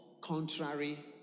contrary